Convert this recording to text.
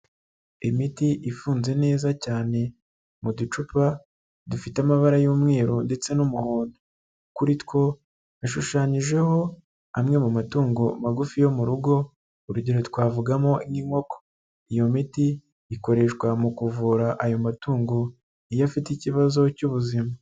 Imiti ifunze neza cyane mu ducupa dufite amabara y'umweru ndetse n'umuhondo, kuri two hashushanyijeho amwe mu matungo magufi yo mu rugo, urugero twavugamo nk'inkoko, iyo miti ikoreshwa mu kuvura ayo matungo iyo afite ikibazo cy'ubuzima.